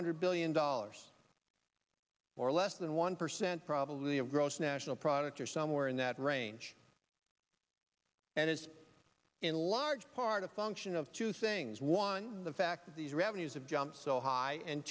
hundred billion dollars or less than one percent probably of gross national product or somewhere in that range and it's in large part a function of two things one the fact that these revenues have jump so high and